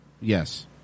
Yes